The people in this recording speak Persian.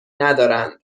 ندارند